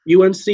UNC